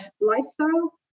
lifestyle